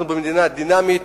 אנחנו מדינה דינמית,